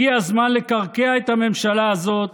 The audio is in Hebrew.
הגיע הזמן לקרקע את הממשלה הזאת,